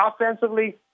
offensively